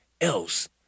else